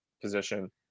position